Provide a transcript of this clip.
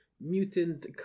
mutant